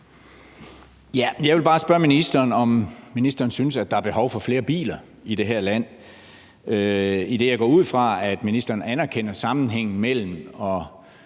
Jeg vil bare spørge ministeren, om ministeren synes, at der er behov for flere biler i det her land, idet jeg går ud fra, at ministeren anerkender sammenhængen mellem